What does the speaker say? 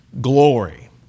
glory